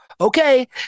Okay